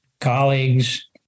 colleagues